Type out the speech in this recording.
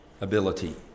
ability